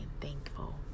thankful